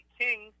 king